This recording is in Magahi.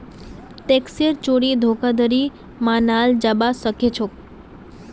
टैक्सेर चोरी धोखाधड़ी मनाल जाबा सखेछोक